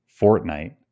Fortnite